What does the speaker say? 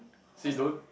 say don't